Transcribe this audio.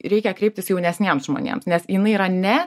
reikia kreiptis jaunesniems žmonėms nes jinai yra ne